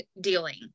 dealing